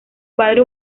padre